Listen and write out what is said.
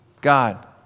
God